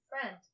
friend